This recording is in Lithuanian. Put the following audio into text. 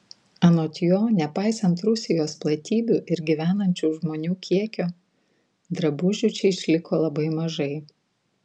anot jo nepaisant rusijos platybių ir gyvenančių žmonių kiekio drabužių čia išliko labai mažai